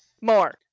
more